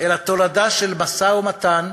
אלא תולדה של משא-ומתן,